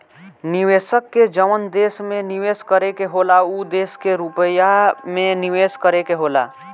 निवेशक के जवन देश में निवेस करे के होला उ देश के रुपिया मे निवेस करे के होला